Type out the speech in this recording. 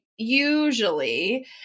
usually